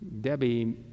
Debbie